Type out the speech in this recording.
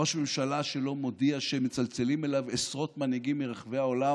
ראש ממשלה שלא מודיע שמצלצלים אליו עשרות מנהיגים מרחבי העולם,